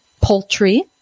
poultry